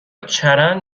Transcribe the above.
چرند